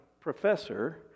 professor